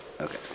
Okay